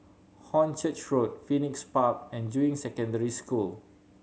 Hornchurch Road Phoenix Park and Juying Secondary School